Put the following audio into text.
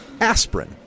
aspirin